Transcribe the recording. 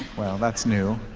well, that's new.